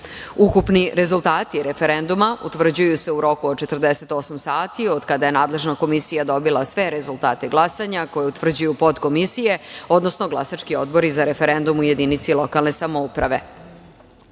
sata. Ukupni rezultati referenduma utvrđuju se u roku od 48 sati od kada je nadležna komisija dobila sve rezultate glasanja, koje utvrđuju potkomisije, odnosno glasački odbori za referendum u jedinici lokalne samouprave. Ovo